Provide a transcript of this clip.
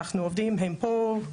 הם פה.